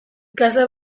ikasle